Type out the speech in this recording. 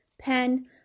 pen